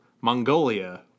Mongolia